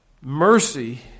mercy